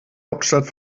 hauptstadt